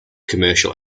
commercial